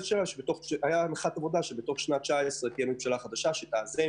הייתה הנחת עבודה שבתוך 2019 תהיה ממשלה חדשה שתאזן